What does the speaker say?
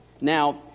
now